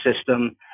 system